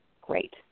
Great